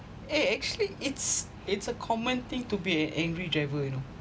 eh actually it's it's a common thing to be an angry driver you know